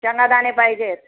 शेंगादाणे पाहिजेत